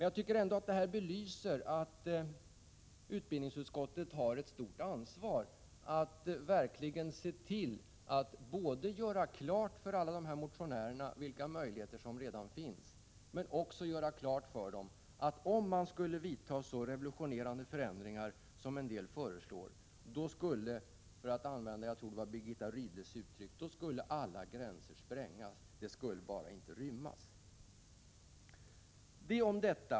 Jag tycker ändå detta belyser att utbildningsutskottet har ett stort ansvar när det gäller att verkligen klargöra för alla dessa motionärer vilka möjligheter som redan finns och att om vi skulle vidta så revolutionerande förändringar som en del föreslår, skulle alla gränser sprängas — för att använda Birgitta Rydles uttryck. De skulle inte rymmas. Detta om detta.